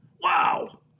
Wow